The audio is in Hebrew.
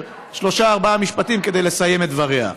שלושה-ארבעה משפטים כדי לסיים את הדברים.